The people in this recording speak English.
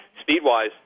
Speed-wise